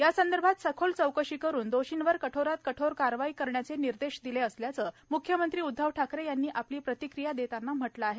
यासंदर्भात सखोल चौकशी करून दोषींवर कठोरात कठोर कारवाई करण्याचे निर्देश दिले असल्याचं मुख्यमंत्री उदधव ठाकरे यांनी आपली प्रतिक्रिया देतांना म्हटले आहे